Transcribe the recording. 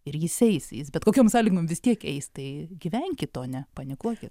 ir jis eis jis bet kokiom sąlygom vis tiek eis tai gyvenkit o ne panikuokit